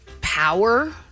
Power